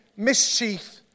mischief